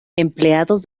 empleados